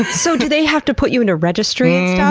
so, do they have to put you in a registry yeah